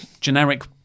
generic